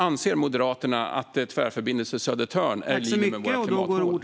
Anser Moderaterna att Tvärförbindelse Södertörn ligger i linje med våra klimatmål?